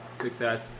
success